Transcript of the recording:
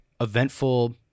eventful